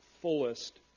fullest